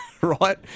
right